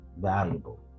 valuable